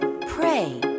pray